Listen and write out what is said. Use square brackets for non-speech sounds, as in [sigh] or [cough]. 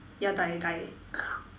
yeah die die [noise]